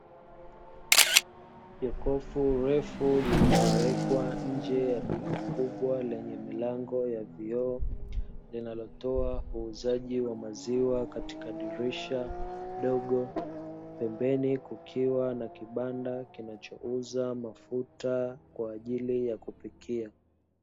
Jokofu refu lililowekwa nje ya duka kubwa lenye milango ya vioo, linalotoa uuzaji wa maziwa katika dirisha dogo. Pembeni kukiwa na kibanda kinachouza mafuta kwa ajili ya kupikia.